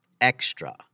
extra